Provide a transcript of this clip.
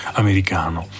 americano